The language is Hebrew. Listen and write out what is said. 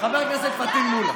חבר הכנסת פטין מולא,